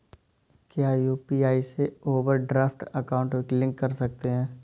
क्या यू.पी.आई से overdraft account link कर सकते हैं?